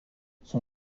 son